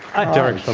i derek so